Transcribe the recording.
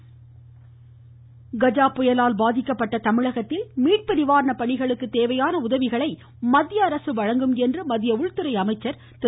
கஜா புயல் ராஜ்நாத்சிங் கஜா புயலால் பாதிக்கப்பட்ட தமிழகத்தில் மீட்பு நிவாரண பணிகளுக்கு தேவையான உதவிகளை மத்திய அரசு வழங்கும் என்று மத்திய உள்துறை அமைச்சர் திரு